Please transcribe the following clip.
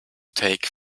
take